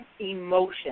emotion